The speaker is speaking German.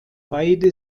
beide